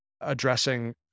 addressing